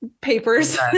papers